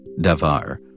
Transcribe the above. Davar